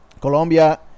Colombia